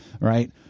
right